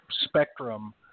spectrum